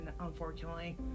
unfortunately